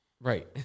Right